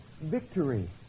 victory